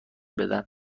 بدن